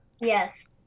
Yes